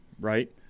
right